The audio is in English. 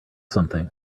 something